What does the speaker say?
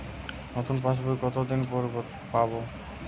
নতুন পাশ বই কত দিন পরে পাবো?